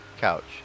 couch